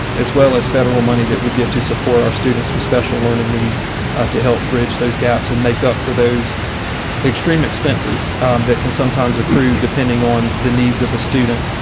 as well as federal money that we get to support our students with special learning needs to help bridge those gaps and make up for those extreme expenses that can sometimes accrue depending on the needs of a student.